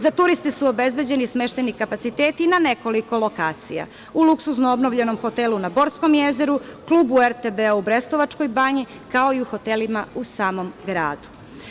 Za turiste su obezbeđeni smeštajni kapaciteti na nekoliko lokacija, u luksuzno obnovljenom hotelu na Borskom jezeru, klubu RTB-a u Brestovačkoj banji, kao i u hotelima u samom gradu.